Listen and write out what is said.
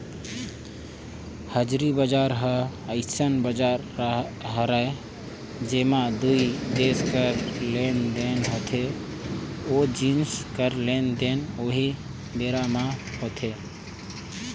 हाजिरी बजार ह अइसन बजार हरय जेंमा दू देस कर लेन देन होथे ओ जिनिस कर लेन देन उहीं बेरा म होथे